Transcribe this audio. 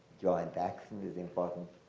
joint action is important.